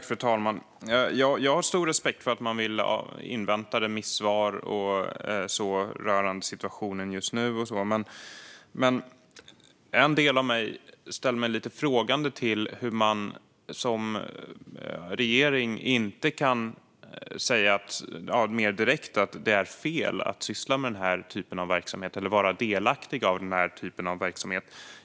Fru talman! Jag har stor respekt för att man vill invänta remissvar, men en del av mig ställer sig lite frågande till att man som regering inte mer direkt kan säga att det är fel att vara delaktig i denna typ av verksamhet.